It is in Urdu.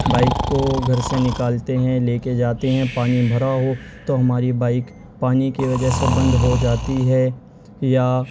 بائک کو گھر سے نکالتے ہیں لے کے جاتے ہیں پانی بھرا ہو تو ہماری بائک پانی کی وجہ سے بند ہو جاتی ہے یا